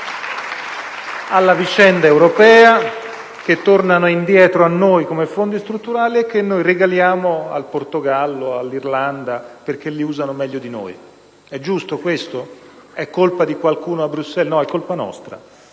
...*alla vicenda europea che tornano indietro a noi come fondi strutturali e che noi regaliamo al Portogallo e all'Irlanda perché li usano meglio di noi. È giusto questo? È colpa di qualcuno a Bruxelles? No, è colpa nostra.